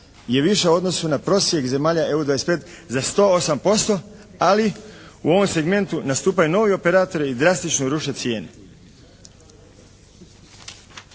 je viša u odnosu na prosjek zemalja EU 25 za 108%, ali u ovom segmentu nastupaju novi operatori i drastično ruše cijene.